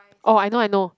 orh I know I know